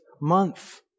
month